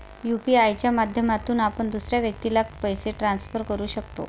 UPI च्या माध्यमातून आपण दुसऱ्या व्यक्तीला पैसे ट्रान्सफर करू शकतो